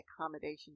accommodation